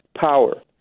power